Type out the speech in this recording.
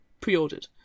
Pre-ordered